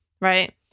Right